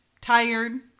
tired